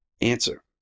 Answer